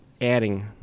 adding